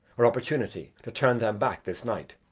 or opportunity to turn them back this night.